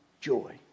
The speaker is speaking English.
joy